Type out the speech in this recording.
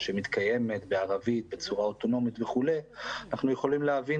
שמתקיימת בערבית בצורה אוטונומית וכולי אנחנו יכולים להבין